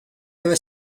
debe